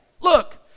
look